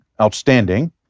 outstanding